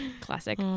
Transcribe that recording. Classic